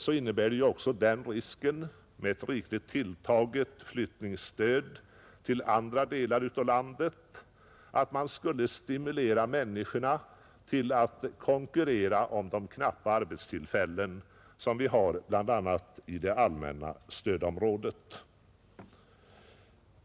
Med ett rikligt tilltaget flyttningsstöd till andra delar av landet riskerar man också att stimulera människorna att konkurrera om de få arbetstillfällen vi har bl.a. i det allmänna stödområdet.